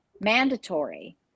mandatory